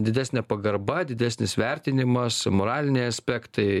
didesnė pagarba didesnis vertinimas moraliniai aspektai